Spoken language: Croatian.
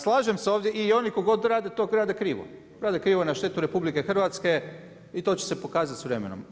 Slažem se ovdje i oni ko god rade to rade krivo, rade krivo na štetu RH i to će se pokazati s vremenom.